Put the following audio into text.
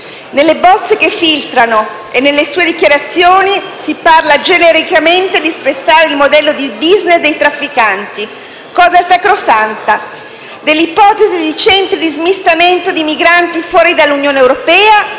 Nelle bozze che filtrano e nelle sue dichiarazioni, si parla genericamente di spezzare il modello di *business* dei trafficanti - cosa sacrosanta - dell'ipotesi di centri di smistamento di migranti fuori dall'Unione europea